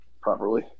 properly